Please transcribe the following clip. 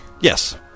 Yes